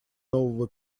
нового